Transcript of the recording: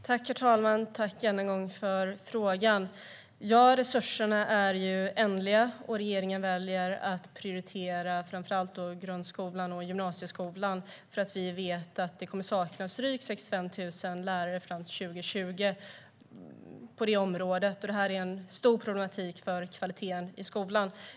Herr talman! Tack än en gång för frågan! Ja, resurserna är ändliga. Regeringen väljer att prioritera framför allt grundskolan och gymnasieskolan, eftersom vi vet att det kommer att saknas drygt 65 000 lärare fram till 2020 på det området. Det är en stor problematik för kvaliteten i skolan.